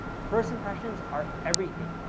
first impressions are everything,